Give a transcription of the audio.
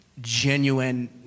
genuine